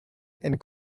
and